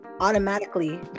automatically